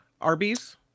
Arby's